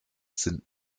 sind